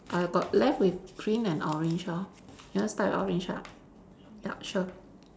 I got left with green and orange lor you want start with orange ah ya sure